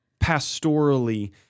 pastorally